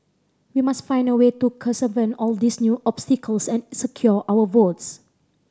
we must find a way to circumvent all these new obstacles and secure our votes